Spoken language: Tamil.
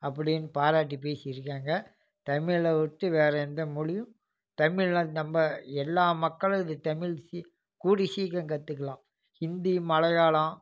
அப்படின்னு பாராட்டி பேசியிருக்காங்க தமிழை விட்டு வேறு எந்த மொழியும் தமிழ்நாட்டு நம்ம எல்லாம் மக்களும் இது தமிழ் சீ கூடிய சீக்கிரம் கற்றுக்கலாம் ஹிந்தி மலையாளம்